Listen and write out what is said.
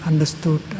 Understood